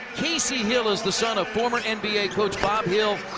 casey hill is the son of former and nba coach bob hill.